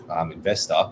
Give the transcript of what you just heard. investor